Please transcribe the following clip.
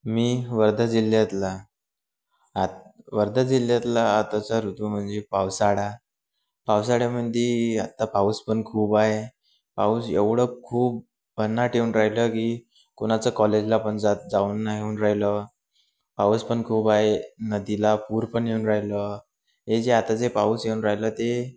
मी वर्धा जिल्ह्यातला आत वर्धा जिल्ह्यातला आताचा ऋतू म्हणजे पावसाळा पावसाळ्यामध्ये आत्ता पाऊस पण खूप आहे पाऊस एवढं खूप भन्नाट येऊन राहिलं की कोणाचं कॉलेजला पण जात जाऊन नाही होऊन राहिलं पाऊस पण खूप आहे नदीला पूर पण येऊन राहिलं हे जे आता जे पाऊस येऊन राहिलं ते